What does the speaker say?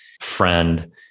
friend